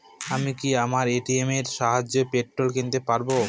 আমি কি আমার এ.টি.এম এর সাহায্যে পেট্রোল কিনতে পারব?